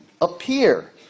appear